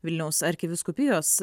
vilniaus arkivyskupijos